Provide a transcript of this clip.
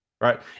right